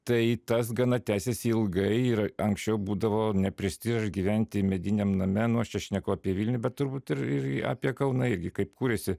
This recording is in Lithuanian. tai tas gana tęsėsi ilgai ir anksčiau būdavo ne prestižas gyventi mediniam name nu aš čia šneku apie vilnių bet turbūt ir ir apie kauną irgi kaip kūrėsi